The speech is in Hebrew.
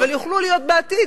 אבל יוכלו להיות בעתיד,